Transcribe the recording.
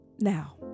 now